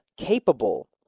capable